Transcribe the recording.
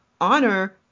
honor